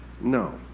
no